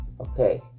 okay